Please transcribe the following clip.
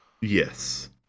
Yes